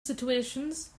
situations